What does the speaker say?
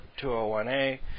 201A